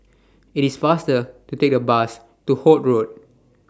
IT IS faster to Take The Bus to Holt Road